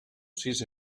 sis